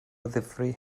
ddifrif